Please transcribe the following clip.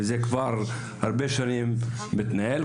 וזה כבר הרבה שנים מתנהל,